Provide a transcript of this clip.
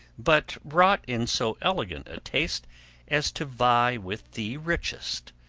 but wrought in so elegant a taste as to vie with the richest.